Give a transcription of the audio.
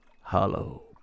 Hollow